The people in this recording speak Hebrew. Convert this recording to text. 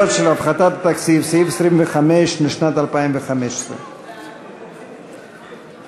סעיף 25, לשנת 2015. ההסתייגויות לסעיף 25,